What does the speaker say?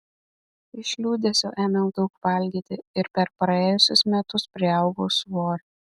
iš liūdesio ėmiau daug valgyti ir per praėjusius metus priaugau svorio